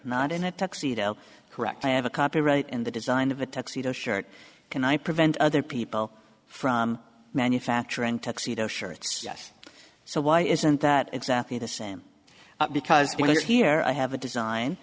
not in a tuxedo correct i have a copyright in the design of a tuxedo shirt can i prevent other people from manufacturing tuxedo shirts yes so why isn't that exactly the same because you're here i have a design